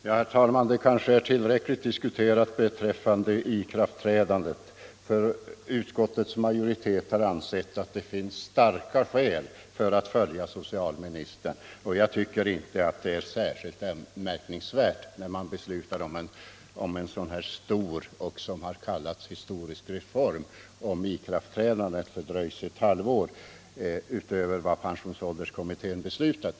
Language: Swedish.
Herr talman! Det kanske snart är tillräckligt diskuterat beträffande ikraftträdandet. Utskottsmajoriteten har ju ansett att det finns starka skäl för att följa socialministern, och jag tycker inte att det är särskilt anmärkningsvärt att en sådan här stor och — som den har kallats — historisk reforms ikraftträdande fördröjs ett halvår i förhållande till vad pensions ålderskommittén föreslagit.